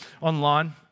online